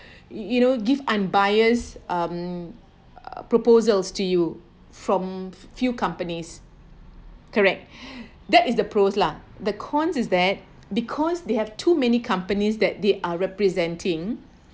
you know give unbiased um proposals to you from few companies correct that is the pros lah the cons is that because they have too many companies that they are representing